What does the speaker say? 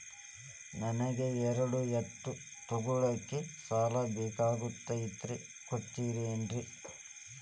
ನನಗ ಎರಡು ಎತ್ತು ತಗೋಳಾಕ್ ಸಾಲಾ ಬೇಕಾಗೈತ್ರಿ ಕೊಡ್ತಿರೇನ್ರಿ?